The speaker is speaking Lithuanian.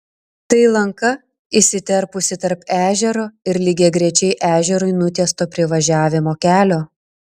tai lanka įsiterpusi tarp ežero ir lygiagrečiai ežerui nutiesto privažiavimo kelio